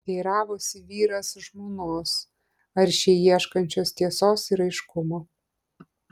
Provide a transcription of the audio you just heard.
teiravosi vyras žmonos aršiai ieškančios tiesos ir aiškumo